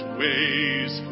ways